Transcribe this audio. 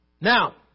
Now